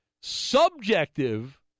subjective